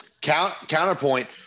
Counterpoint